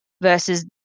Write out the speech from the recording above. versus